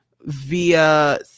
via